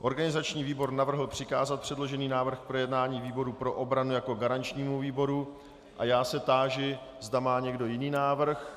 Organizační výbor navrhl přikázat předložený návrh k projednání výboru pro obranu jako garančnímu výboru a já se táži, zda má někdo jiný návrh.